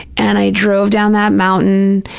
and i drove down that mountain,